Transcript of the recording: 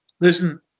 Listen